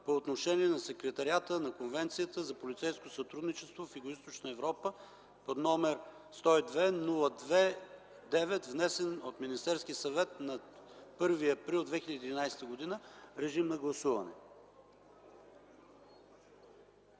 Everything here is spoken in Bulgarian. по отношение на Секретариата на Конвенцията за полицейско сътрудничество в Югоизточна Европа, № 102-02-9, внесен от Министерския съвет на 1 април 2011 г. Моля, гласувайте.